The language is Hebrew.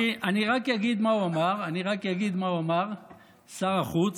אני רק אגיד מה הוא אמר, שר החוץ.